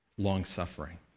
long-suffering